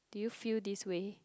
do you feel this way